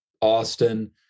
Austin